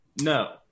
No